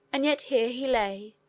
and yet here he lay,